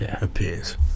appears